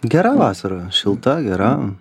gera vasara šilta gera